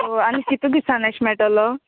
आनी कितू दिसांनी येशें मेळटलो